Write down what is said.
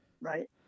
Right